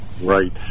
Right